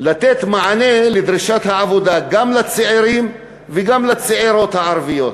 לתת מענה לדרישת העבודה גם לצעירים הערבים וגם לצעירות הערביות,